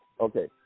Okay